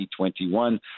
2021